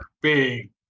Big